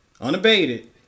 unabated